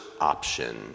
option